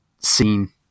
scene